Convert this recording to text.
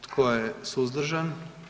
Tko je suzdržan?